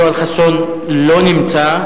יואל חסון אינו נמצא,